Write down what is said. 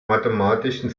mathematischen